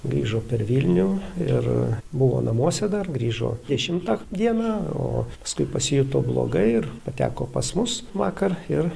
grįžo per vilnių ir buvo namuose dar grįžo dešimtą dieną o paskui pasijuto blogai ir pateko pas mus vakar ir